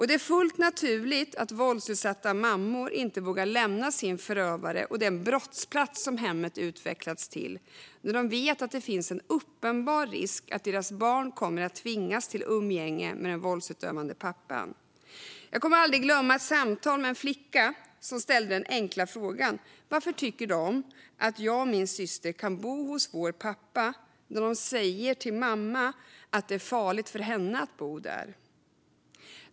Det är fullt naturligt att våldsutsatta mammor inte vågar lämna sin förövare och den brottsplats som hemmet utvecklats till när de vet att det finns en uppenbar risk att deras barn kommer att tvingas till umgänge med den våldsutövande pappan. Jag kommer aldrig glömma ett samtal med en flicka som ställde den enkla frågan: Varför tycker de att jag och min syster kan bo hos vår pappa när de säger till mamma att det är farligt för henne att bo där?